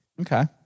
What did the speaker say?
Okay